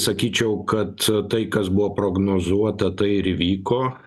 sakyčiau kad tai kas buvo prognozuota tai ir įvyko